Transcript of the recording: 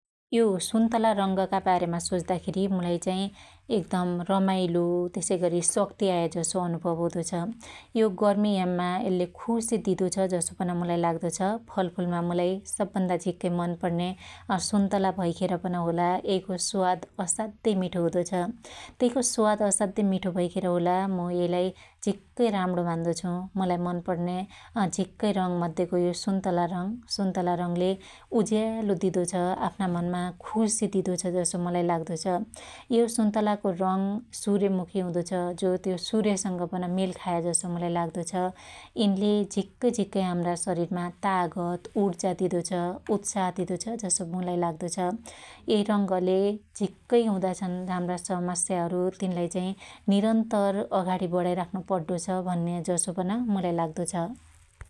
यो सुन्तला रंगका बारेमा सोच्दा खेरी मुलाई चाइ एकदम रमाईलो त्यसैगरी शक्त्ती आयाजसो अनुभव हुदो छ । यो गर्मीयाममा यल्ले खुशी दिदो दिदोछ जसो पन मुलाई लाग्दो छ । फलफुलमा मुलाई सब भन्दा झिक्कै मन पण्न्या असुन्तला भैखेर पन होला यैको स्वाद असाध्यै मिठो हुदो छ । त्यइको स्वाद असाध्यै मिठो भैखेर होला मु यइलाई झिक्कै राम्णो मान्दो छु । मुलाई मन पण्न्या झिक्कै रंग मध्यको यो सुन्तला रंग सुन्तला रंगले उज्यालो दिदो छ । आफ्ना मनमा खुशी दिदो छ जसो मुलाई लाग्दो छ । यो सुन्तलाको रंग सुर्यमुखी हुदो छ । जो त्यो सुर्यसंग पन मेल खायाजसो मुलाई लाग्दो छ । यिनले झिक्कै झिक्कै हाम्रा शरीरमा तागत उर्जा दिदो छ, उत्साह दिदो छ जसो मुलाई लाग्दो छ । यै रंगले झिक्कै हुदा छन हाम्रा समस्याहरु तिनलाई चाइ निरन्तर अघाणी बढाइराख्नु पड्डो छ भन्या जसो पन मलाई लाग्दो छ ।